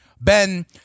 Ben